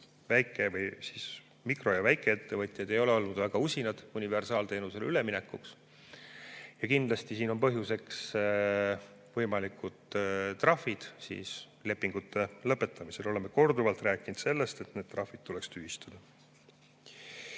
ettevõtjad, mikro‑ ja väikeettevõtjad, ei ole olnud väga usinad universaalteenusele üle minema. Kindlasti on põhjuseks võimalikud trahvid lepingute lõpetamisel. Oleme korduvalt rääkinud sellest, et need trahvid tuleks [keelata].